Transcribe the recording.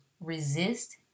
resist